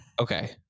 okay